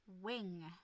Wing